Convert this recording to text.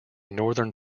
northern